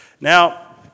Now